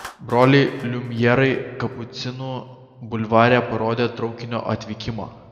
broliai liumjerai kapucinų bulvare parodė traukinio atvykimą